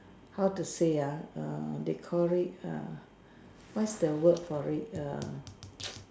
how to say ah err they call it err what's the word for it err